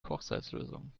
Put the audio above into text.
kochsalzlösung